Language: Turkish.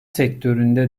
sektöründe